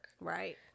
Right